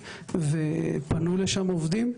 פנו לשם עובדים.